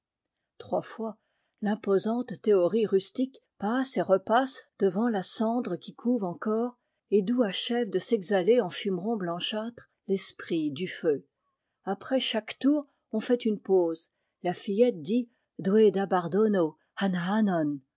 trois fois l'imposante théorie rustique passe et repasse devant la cendre qui couve encore et d'où achève de s'exhaler en fumerons blanchâtres l'esprit du feu après chaque tour on fait une pause la fillette dit doué